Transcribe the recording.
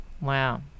Wow